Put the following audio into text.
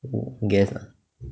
guess ah